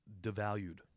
devalued